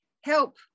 Help